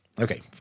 Okay